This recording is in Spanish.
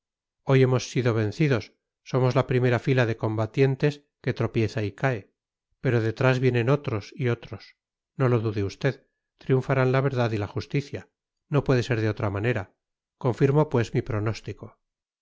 hoy hemos sido vencidos somos la primera fila de combatientes que tropieza y cae pero detrás vienen otros y otros no lo dude usted triunfarán la verdad y la justicia no puede ser de otra manera confirmo pues mi pronóstico